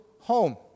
home